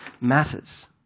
matters